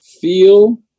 Feel